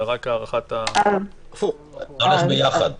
אלא רק הארכת --- זה הולך ביחד.